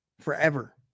Forever